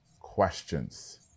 questions